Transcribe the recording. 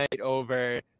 over